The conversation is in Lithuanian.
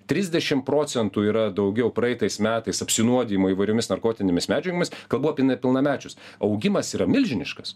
trisdešim procentų yra daugiau praeitais metais apsinuodijimų įvairiomis narkotinėmis medžiagomis kalbu apie nepilnamečius augimas yra milžiniškas